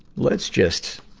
let's just,